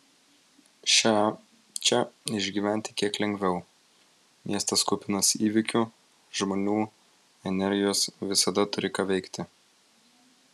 šią čia išgyventi kiek lengviau miestas kupinas įvykių žmonių energijos visada turi ką veikti